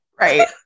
Right